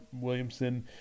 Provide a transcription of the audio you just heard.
Williamson